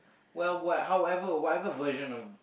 well what however whatever version of